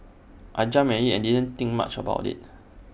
I jumped at IT and didn't think much about IT